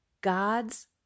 God's